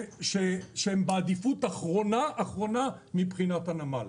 שהם בעדיפות אחרונה-אחרונה מבחינת הנמל.